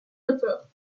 auteur